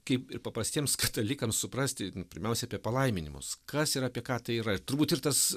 kaip ir paprastiems katalikams suprasti pirmiausia apie palaiminimus kas ir apie ką tai yra ir turbūt ir tas